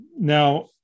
now